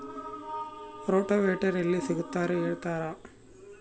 Rotavator ಎಲ್ಲಿ ಸಿಗುತ್ತದೆ ಹೇಳ್ತೇರಾ?